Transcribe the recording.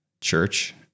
church